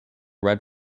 red